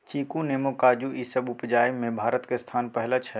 चीकू, नेमो, काजू ई सब उपजाबइ में भारत के स्थान पहिला छइ